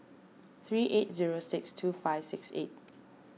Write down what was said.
three eight zero six two five six eight